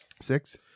Six